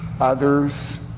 Others